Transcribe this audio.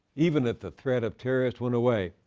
even if the threat of terrorists went away,